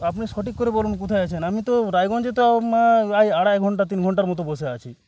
আপনি সঠিক করে বলুন কোথায় আছেন আমি তো রায়গঞ্জে তাও আড়াই ঘণ্টা তিন ঘণ্টার মতো বসে আছি